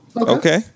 Okay